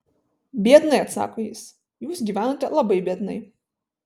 biednai atsako jis jūs gyvenote labai biednai